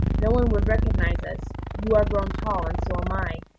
no one would recognize us you are grown tall and so am i,